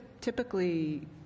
typically